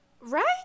Right